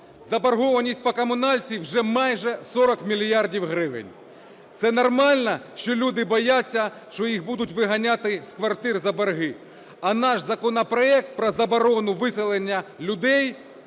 Заборгованість по комуналці вже майже 40 мільярдів гривень. Це нормально, що люди бояться, що їх будуть виганяти з квартир за борги? А наш законопроект про заборону виселення людей